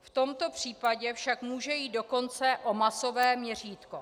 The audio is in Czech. V tomto případě však může jít dokonce o masové měřítko.